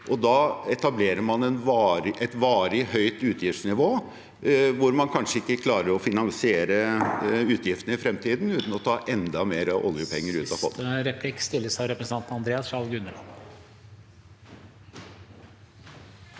Da etablerer man et varig høyt utgiftsnivå, hvor man kanskje ikke klarer å finansiere utgiftene i fremtiden uten å ta enda mer oljepenger ut av potten.